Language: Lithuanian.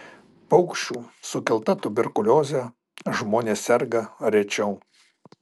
paukščių sukelta tuberkulioze žmonės serga rečiau